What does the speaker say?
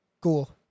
Cool